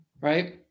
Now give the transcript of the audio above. right